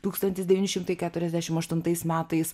tūkstantis devyni šimtai keturiasdešim aštuntais metais